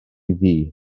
ddu